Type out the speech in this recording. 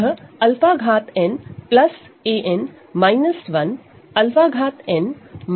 अतः 𝛂n an 1 𝛂n 1 a1 𝛂 a0 0 है